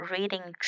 Reading